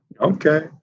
Okay